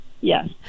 Yes